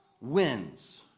wins